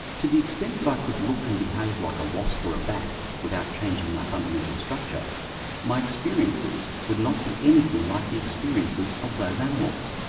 to the extent that i could look and behave like a wasp or a bat without changing my fundamental structure my experiences would not be anything like the experiences of those animals.